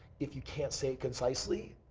if you can't say it concisely,